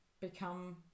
become